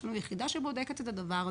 יש לנו יחידה שבודקת את הדבר הזה.